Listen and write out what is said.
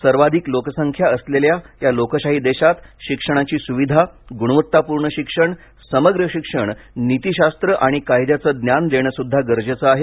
सर्वाधिक लोकसंख्या असलेल्या या लोकशाही देशात शिक्षणाची सुविधा गुणवत्तापूर्ण शिक्षण समग्र शिक्षण नीतिशास्त्र आणि कायद्याचे ज्ञान देणेसुद्धा गरजेचे आहे